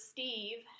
Steve